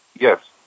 Yes